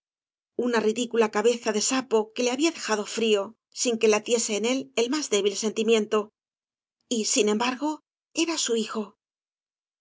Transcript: una ridí cula cabeza de sapo que le había dejado frío sin que latiese en él el más débil sentimiento y sin embargo era su hijol